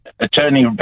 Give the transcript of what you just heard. attorney